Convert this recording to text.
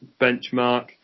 benchmark